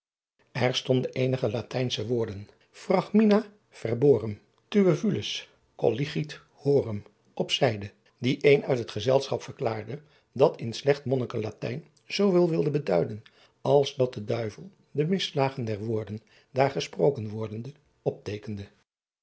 r stonden eenige atijnsche woorden ragmina verborum uevulus colligit horum op zijde die een uit het gezelschap verklaarde dat in slecht monnikkenlatijn zooveel wilden beduiden als dat de duivel de misslagen der woorden daar gesproken wordende opteekende